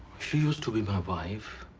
she used to be my wife.